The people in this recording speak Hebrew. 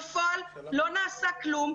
בפועל לא נעשה כלום.